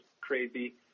crazy –